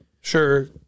Sure